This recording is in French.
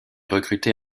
recruter